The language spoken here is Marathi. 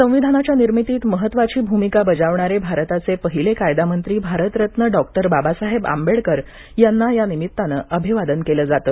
संविधानाच्या निर्मितीत महत्वाची भूमिका बजावणारे भारताचे पहिले कायदामंत्री भारतरत्न डॉक्टर बाबासाहेब आंबेडकर यांना या निमित्तानं अभिवादन केलं जातं